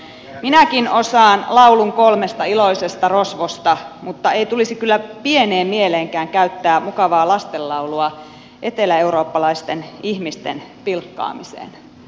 minäkin osaan laulun kolmesta iloisesta rosvosta mutta ei tulisi kyllä pieneen mieleenkään käyttää mukavaa lastenlaulua eteläeurooppalaisten ihmisten pilkkaamiseen